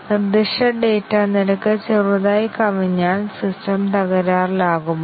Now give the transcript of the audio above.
നിർദ്ദിഷ്ട ഡാറ്റ നിരക്ക് ചെറുതായി കവിഞ്ഞാൽ സിസ്റ്റം തകരാറിലാകുമോ